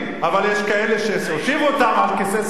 אבל יש כאלה שתושיב אותם על כיסא שרים,